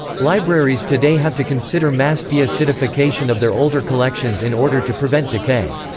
libraries today have to consider mass deacidification of their older collections in order to prevent decay.